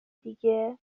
دیگه